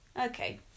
Okay